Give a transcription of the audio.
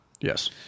Yes